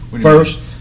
first